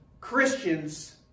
Christians